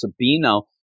Sabino